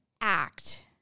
act